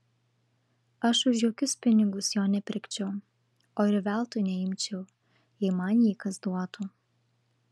aš už jokius pinigus jo nepirkčiau o ir veltui neimčiau jei man jį kas duotų